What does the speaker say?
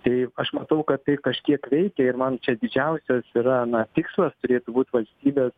tai aš matau kad tai kažkiek veikia ir man čia didžiausias yra na tikslas turėtų būt valstybės